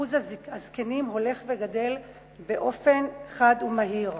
אחוז הזקנים הולך וגדל באופן חד ומהיר.